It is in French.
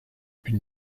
une